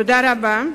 תודה רבה.